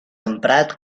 emprat